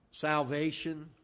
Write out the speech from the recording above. salvation